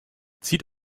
zieht